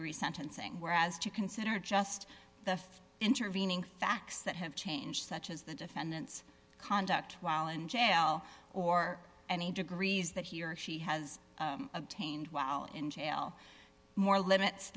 re sentencing whereas to consider just the intervening facts that have changed such as the defendant's conduct while in jail or any degrees that he or she has obtained while in jail more limits